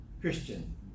christian